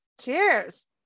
Cheers